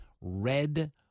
red